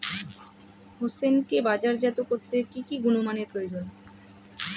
হোসেনকে বাজারজাত করতে কি কি গুণমানের প্রয়োজন?